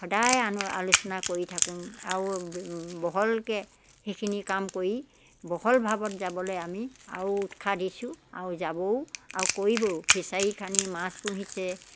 সদায় আ আলোচনা কৰি থাকোঁ আৰু বহলকৈ সেইখিনি কাম কৰি বহল ভাৱত যাবলৈ আমি আৰু উৎসাহ দিছোঁ আৰু যাবও আৰু কৰিবও ফিছাৰী খান্দি মাছ পুহিছে